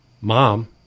mom